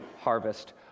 harvest